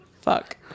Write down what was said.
Fuck